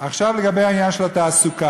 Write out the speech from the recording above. עכשיו לגבי העניין של התעסוקה.